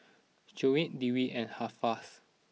Shoaib Dewi and Hafsas